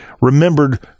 remembered